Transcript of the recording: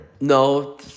No